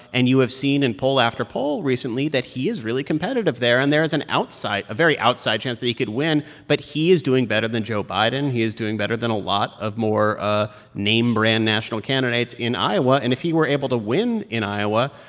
and you have seen in poll after poll recently that he is really competitive there. and there is an outside a very outside chance that he could win. but he is doing better than joe biden. he is doing better than a lot of more ah name-brand national candidates in iowa. and if he were able to win in iowa,